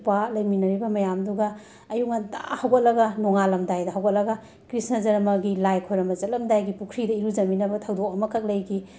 ꯏꯄ꯭ꯋꯥ ꯂꯩꯃꯃꯤꯟꯅꯔꯤꯕ ꯃꯌꯥꯝꯗꯨꯒ ꯑꯌꯨꯛ ꯉꯟꯇ ꯍꯧꯒꯠꯂꯒ ꯅꯣꯡꯉꯥꯜꯂꯝꯗꯥꯏꯗ ꯍꯧꯒꯠꯂꯒ ꯀ꯭ꯔꯤꯁꯅ ꯖꯔꯃꯒꯤ ꯂꯥꯏ ꯈꯨꯔꯨꯝꯕ ꯆꯠꯂꯝꯗꯥꯏꯒꯤ ꯄꯨꯈ꯭ꯔꯤꯗ ꯏꯔꯨꯖꯃꯤꯟꯅꯕ ꯊꯧꯗꯣꯛ ꯑꯃꯈꯛ ꯂꯩꯈꯤ